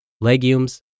legumes